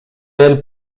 elle